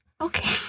Okay